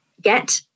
get